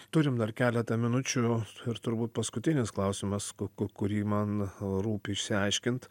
turime dar keletą minučių ir turbūt paskutinis klausimas ku kurį man rūpi išsiaiškint